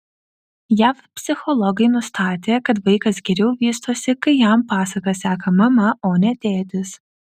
jav psichologai nustatė kad vaikas geriau vystosi kai jam pasakas seka mama o ne tėtis